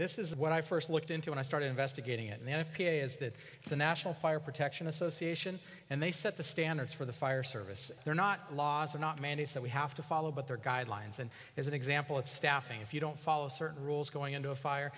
this is what i first looked into when i started investigating it and f p a is that the national fire protection association and they set the standards for the fire service they're not laws are not mandates that we have to follow but they're guidelines and as an example of staffing if you don't follow certain rules going into a fire